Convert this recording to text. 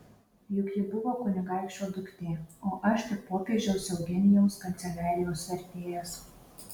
juk ji buvo kunigaikščio duktė o aš tik popiežiaus eugenijaus kanceliarijos vertėjas